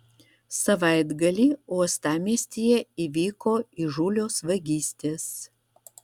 savaitgalį uostamiestyje įvyko įžūlios vagystės